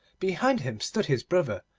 behind him stood his brother,